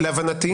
להבנתי.